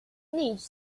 needs